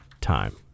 time